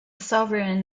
sovereign